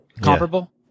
Comparable